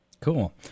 Cool